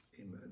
amen